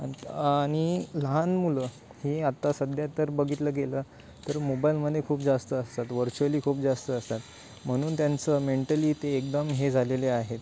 आणि आणि लहान मुलं हे आत्ता सध्या तर बघितलं गेलं तर मोबाईलमध्ये खूप जास्त असतात व्हर्च्युअली खूप जास्त असतात म्हणून त्यांचं मेंटली ते एकदम हे झालेले आहेत